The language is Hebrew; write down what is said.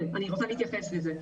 כן, אני אתייחס לזה.